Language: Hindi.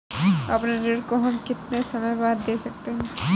अपने ऋण को हम कितने समय बाद दे सकते हैं?